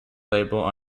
label